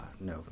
no